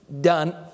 done